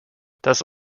das